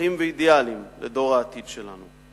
ערכים ואידיאלים לדור העתיד שלנו.